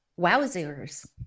Wowzers